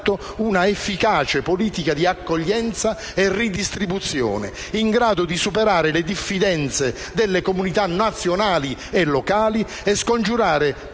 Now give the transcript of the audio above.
Grazie